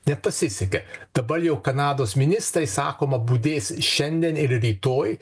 nepasisekė dabar jau kanados ministrai sakoma budės šiandien ir rytoj